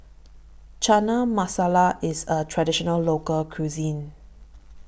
Chana Masala IS A Traditional Local Cuisine